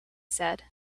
said